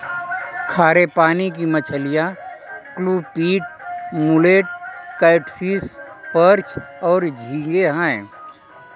खारे पानी की मछलियाँ क्लूपीड, मुलेट, कैटफ़िश, पर्च और झींगे हैं